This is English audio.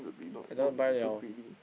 I don't want to buy [liao]